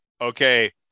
Okay